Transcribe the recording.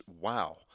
wow